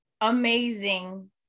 amazing